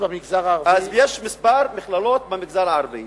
אז יש כמה מכללות במגזר הערבי